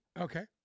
Okay